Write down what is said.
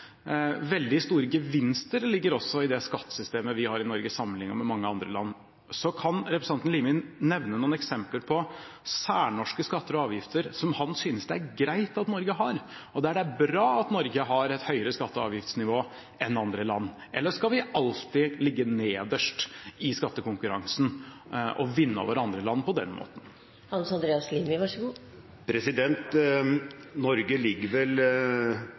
Veldig store gevinster ligger også i det skattesystemet vi har i Norge, sammenlignet med mange andre land. Kan representanten Limi nevne noen eksempler på særnorske skatter og avgifter som han synes det er greit at Norge har, og der det er bra at Norge har et høyere skatte- og avgiftsnivå enn andre land, eller skal vi alltid ligge nederst i skattekonkurransen og vinne over andre land på den måten? Norge er vel